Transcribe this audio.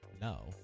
No